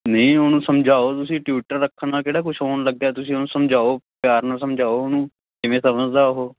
ਨਹੀਂ ਉਹਨੂੰ ਸਮਝਾਓ ਤੁਸੀਂ ਟਿਊਟਰ ਰੱਖਣ ਨਾਲ ਕਿਹੜਾ ਕੁਛ ਹੋਣ ਲੱਗਿਆ ਤੁਸੀਂ ਉਹਨੂੰ ਸਮਝਾਓ ਪਿਆਰ ਨਾਲ ਸਮਝਾਓ ਉਹਨੂੰ ਕਿਵੇਂ ਸਮਝਦਾ ਉਹ